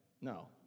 No